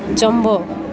jumbo